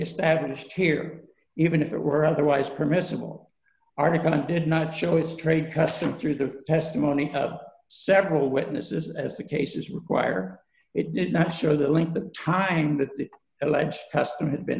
established here even if it were otherwise permissible article on did not show its trade custom through the testimony several witnesses as the cases require it did not show that link the time that the alleged custom had been